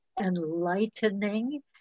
enlightening